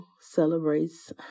celebrates